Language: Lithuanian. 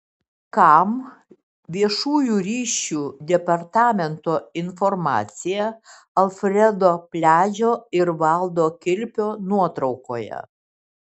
kam viešųjų ryšių departamento informacija alfredo pliadžio ir valdo kilpio nuotraukoje